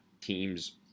teams